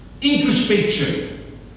Introspection